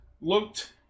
looked